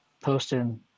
posting